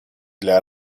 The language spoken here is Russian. дня